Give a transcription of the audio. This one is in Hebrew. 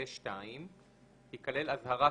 ו-(2) תיכלל אזהרה,